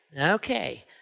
okay